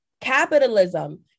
capitalism